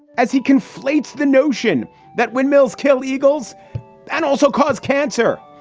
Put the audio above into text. as he conflates the notion that windmills kill eagles and also cause cancer,